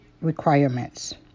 requirements